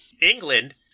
England